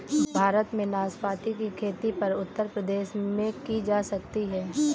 भारत में नाशपाती की खेती क्या उत्तर प्रदेश में की जा सकती है?